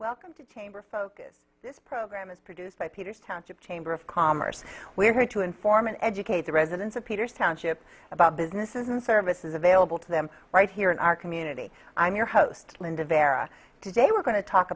welcome to chamber focus this program is produced by peters township chamber of commerce we're here to inform and educate the residents of peter's township about businesses and services available to them right here in our community i'm your host linda vera today we're going to talk